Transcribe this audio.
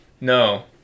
no